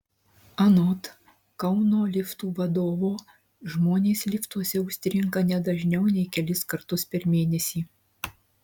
anot kauno liftų vadovo žmonės liftuose užstringa ne dažniau nei kelis kartus per mėnesį